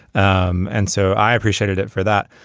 um and so i appreciated it for that.